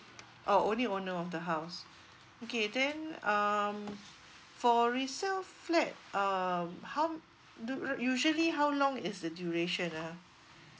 oh only owner of the house okay then um for resale flat um how do usually how long is the duration ah